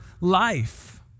life